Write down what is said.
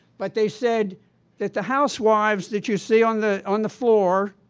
but they said that the housewives that you see on the on the floor,